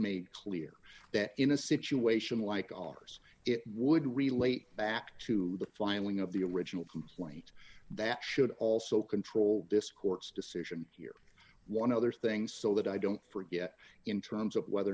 made clear that in a situation like ours it would relate back to the filing of the original complaint that should also control this court's decision here one other thing so that i don't forget in terms of whether